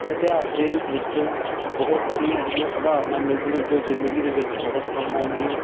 ਇਤਿਹਾਸ ਦੇ ਵਿੱਚੋਂ ਬਹੁਤ ਸਾਰੀਆਂ ਅਹਿਜੀਆਂ ਉਦਾਹਰਨਾਂ ਮਿਲਦੀਆਂ ਜੋ ਜ਼ਿੰਦਗੀ ਦੇ ਵਿੱਚ ਬਹੁਤ ਕੰਮ ਆਉਂਦੀਆਂ